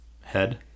head